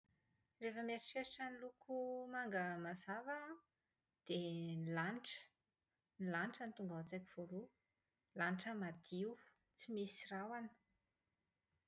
Rehefa mieritreritra ny loko manga mazava aho an, dia ny lanitra. Ny lanitra no tonga ao an-tsaiko voaloha. Lanitra madio tsy misy rahona.